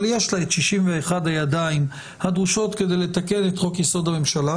אבל יש לה את 61 הידיים הדרושות כדי לתקן את חוק-יסוד: הממשלה,